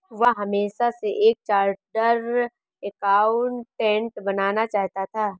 वह हमेशा से एक चार्टर्ड एकाउंटेंट बनना चाहता था